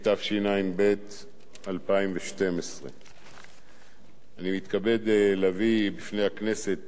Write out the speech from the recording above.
התשע"ב 2012. אני מתכבד להביא בפני הכנסת